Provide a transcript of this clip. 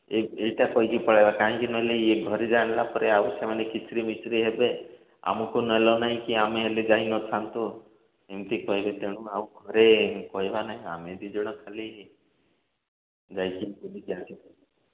ଏହି ଏହିଟା କହିକି ପଳାଇବା କାହିଁକି ନହେଲେ ଇଏ ଘରେ ଜାଣିଲା ପରେ ଆଉ ସେମାନେ କିଚିରି ମିଚିରି ହେବେ ଆମକୁ ନେଲନାହିଁ କି ଆମେ ହେଲେ ଯାଇନଥାନ୍ତୁ ଏମିତି କହିବେ ତେଣୁ ଆଉ ଘରେ କହିବା ନାହିଁ ଆମେ ଦୁଇ ଜଣ ଖାଲି ଯାଇକି ବୁଲିକି ଆସିବା